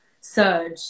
surge